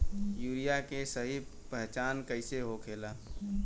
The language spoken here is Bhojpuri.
यूरिया के सही पहचान कईसे होखेला?